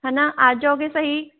है न आ जाओगे सही